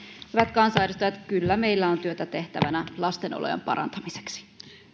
hyvät kansanedustajat kyllä meillä on työtä tehtävänä lasten olojen parantamiseksi